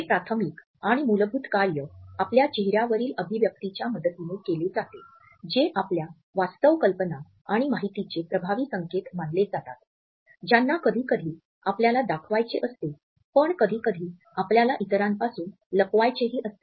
हे प्राथमिक आणि मूलभूत कार्य आपल्या चेहऱ्यावरील अभिव्यक्तिच्या मदतीने केले जाते जे आपल्या वास्तव कल्पना आणि माहितीचे प्रभावी संकेत मानले जातात ज्यांना कधीकधी आपल्याला दाखवायचे असते पण कधीकधी आपल्याला इतरांपासून लपवायचे ही असते